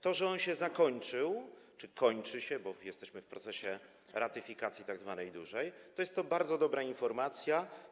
To, że on się zakończył czy się kończy, bo jesteśmy w procesie ratyfikacja tzw. dużej, to jest to bardzo dobra informacja.